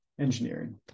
engineering